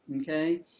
Okay